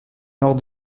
nord